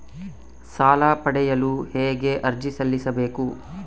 ಸಾಲ ಪಡೆಯಲು ಹೇಗೆ ಅರ್ಜಿ ಸಲ್ಲಿಸಬೇಕು?